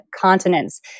continents